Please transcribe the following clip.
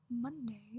Monday